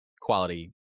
quality